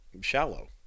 shallow